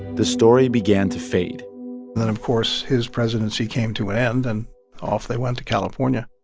the story began to fade then, of course, his presidency came to an end. and off they went to california